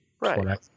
Right